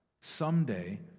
Someday